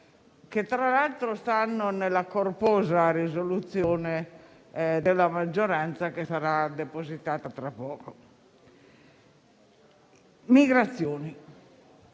che tra l'altro stanno nella corposa risoluzione della maggioranza, che sarà depositata tra poco. Migrazioni.